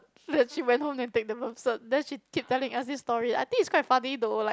then she went home then take the birth cert then she keep telling us this story I think is quite funny though like